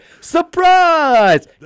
Surprise